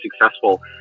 successful